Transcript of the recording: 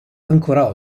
ancora